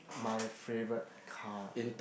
my favorite car